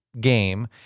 game